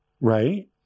right